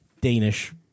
Danish